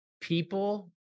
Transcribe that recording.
people